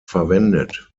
verwendet